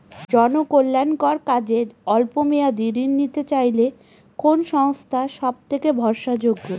জনকল্যাণকর কাজে অল্প মেয়াদী ঋণ নিতে চাইলে কোন সংস্থা সবথেকে ভরসাযোগ্য?